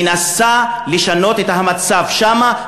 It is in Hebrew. מנסה לשנות את המצב שם,